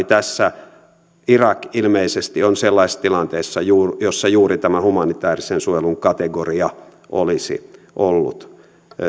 tässä irak ilmeisesti on sellaisessa tilanteessa jossa juuri tämä humanitäärisen suojelun kategoria olisi ollut